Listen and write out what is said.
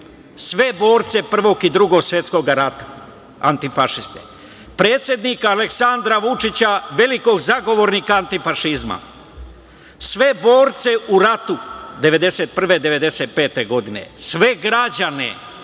sve borce Prvog i Drugog svetskog rata, antifašiste, predsednika Aleksandra Vučića, velikog zagovornika antifašizma, sve borce u ratu 1991-1995. godine, sve građane